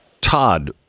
Todd